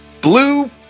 Blue